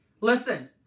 Listen